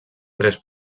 tres